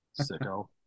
Sicko